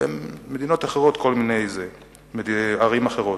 ובמדינות אחרות כל מיני ערים אחרות.